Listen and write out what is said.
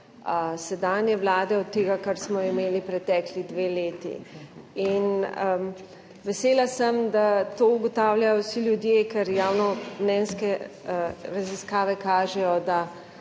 sedanje vlade od tega, kar smo imeli pretekli dve leti. In vesela sem, da to ugotavljajo vsi ljudje, ker javno mnenjske raziskave kažejo, da